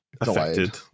affected